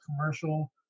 commercial